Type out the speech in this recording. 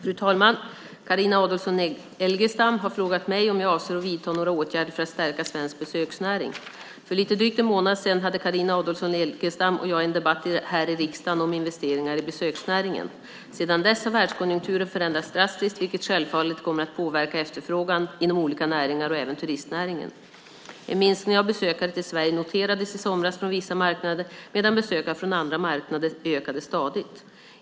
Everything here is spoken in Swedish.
Fru talman! Carina Adolfsson Elgestam har frågat mig om jag avser att vidta några åtgärder för att stärka svensk besöksnäring. För lite drygt en månad sedan hade Carina Adolfsson Elgestam och jag en debatt här i riksdagen om investeringar i besöksnäringen. Sedan dess har världskonjunkturen förändrats drastiskt, vilket självfallet kommer att påverka efterfrågan inom olika näringar och även turistnäringen. En minskning av besökare till Sverige noterades i somras från vissa marknader medan besökare från andra marknader ökade stadigt.